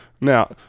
Now